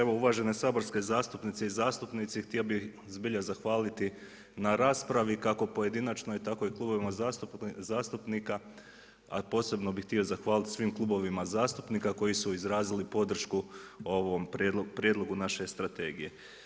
Evo uvažene saborske zastupnice i zastupnici, htio bih zbilja zahvaliti na raspravi, kako pojedinačno, tako i klubovima zastupnika, a posebno bi htio zahvaliti svim klubovima zastupnika koji su izrazili podršku ovom prijedlogu naše strategije.